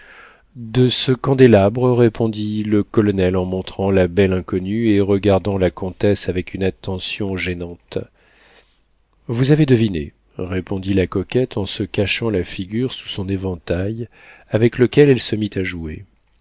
de ce candélabre répondit le colonel en montrant la belle inconnue et regardant la comtesse avec une attention gênante vous avez deviné répondit la coquette en se cachant la figure sous son éventail avec lequel elle se mit à jouer